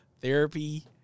Therapy